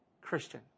Christian